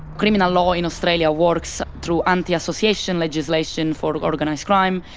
criminal law in australia works through anti-association legislation for organised crime,